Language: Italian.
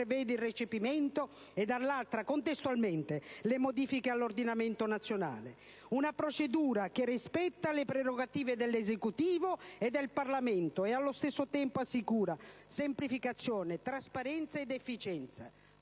prevede il recepimento e, dall'altra, contestualmente, le modifiche all'ordinamento nazionale; una procedura che rispetta le prerogative dell'Esecutivo e del Parlamento e, allo stesso tempo, assicura semplificazione, trasparenza ed efficienza,